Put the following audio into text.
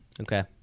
Okay